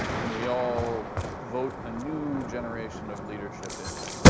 can we all vote a new generation of leadership in?